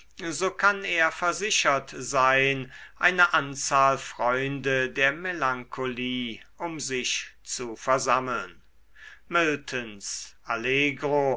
so kann er versichert sein eine anzahl freunde der melancholie um sich zu versammeln miltons allegro